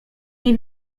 nie